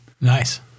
Nice